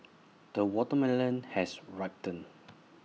the watermelon has ripened